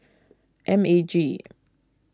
M A G